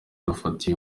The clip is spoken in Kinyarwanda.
dufite